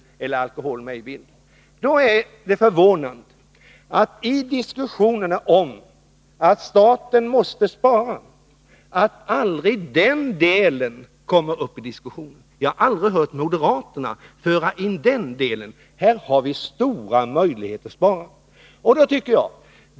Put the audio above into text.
Det är förvånande att den saken aldrig berörs i diskussionerna om statens sparande. Jag har aldrig hört moderaterna ta upp detta, men här finns det stora möjligheter till besparingar.